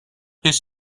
his